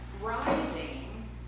rising